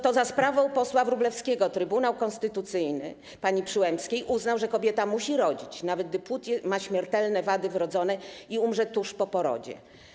To za sprawą posła Wróblewskiego Trybunał Konstytucyjny pani Przyłębskiej uznał, że kobieta musi rodzić, nawet gdy płód ma śmiertelne wady wrodzone i umrze tuż po porodzie.